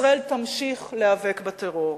ישראל תמשיך להיאבק בטרור.